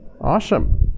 Awesome